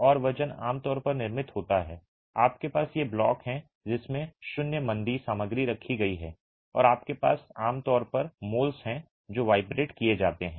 और वजन आमतौर पर निर्मित होता है आपके पास ये ब्लॉक हैं जिसमें शून्य मंदी सामग्री रखी गई है और आपके पास आमतौर पर मोल्स हैं जो वाइब्रेट किए जाते हैं